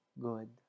good